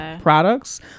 products